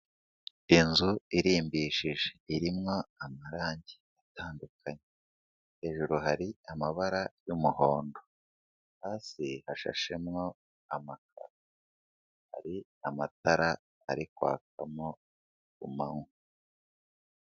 Inzu irimbishije, irimo amarange atandukanye, hejuru hari amabara y'umuhondo, hasi hashashemo amakaro, hari amatara ari kwakamo ku manywa.